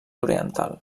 oriental